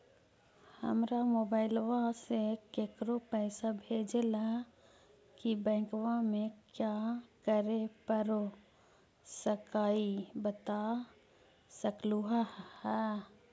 हमरा मोबाइलवा से केकरो पैसा भेजे ला की बैंकवा में क्या करे परो हकाई बता सकलुहा?